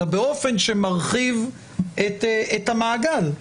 אלא באופן שמרחיב את המעגל,